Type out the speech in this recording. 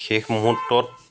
শেষ মূ্হুৰ্তত